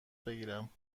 بگیرم